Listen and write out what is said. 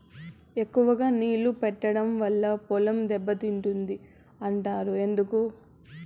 ఎక్కువగా నీళ్లు పెట్టడం వల్ల పొలం దెబ్బతింటుంది అంటారు ఎందుకు?